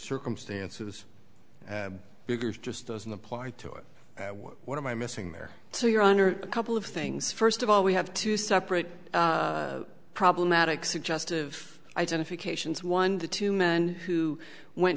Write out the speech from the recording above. circumstances biggers just doesn't apply to it what am i missing there so your honor a couple of things first of all we have two separate problematic suggestive identifications one the two men who went